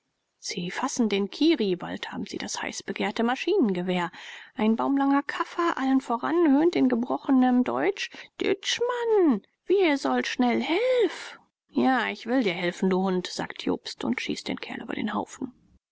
sie fassen den kirri bald haben sie das heiß begehrte maschinengewehr ein baumlanger kaffer allen voran höhnt in gebrochenem deutsch dütschmann wir soll schnell helf ja ich will dir helfen du hund sagt jobst und schießt den kerl über den haufen